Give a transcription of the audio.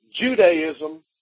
Judaism